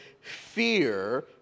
fear